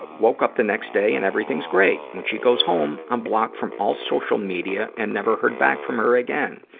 woke up the next day and everything's great. when she goes home, i'm blocked from all social media and never heard back from her again.